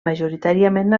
majoritàriament